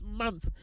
month